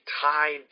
tied